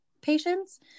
patients